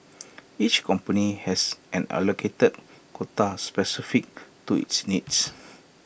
each company has an allocated quota specific to its needs